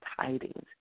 tidings